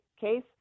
case